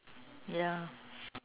ya